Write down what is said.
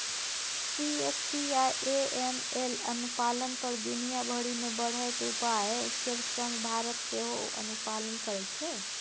CFT आ AML अनुपालन पर दुनिया भरि मे बढ़ैत उपाय केर संग भारत सेहो अनुपालन करैत छै